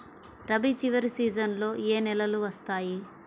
రబీ చివరి సీజన్లో ఏ నెలలు వస్తాయి?